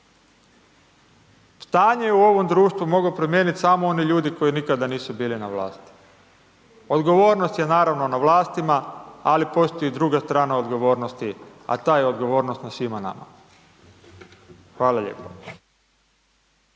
Stanje u ovom društvu mogu promijeniti samo oni ljudi koji nikada nisu bili na vlasti. Odgovornost je naravno, na vlastima, ali postoji druga strana odgovornosti, a ta je odgovornost na svima nama. Hvala lijepo.